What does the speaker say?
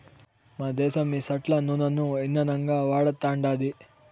మనదేశం ఈ సెట్ల నూనను ఇందనంగా వాడతండాది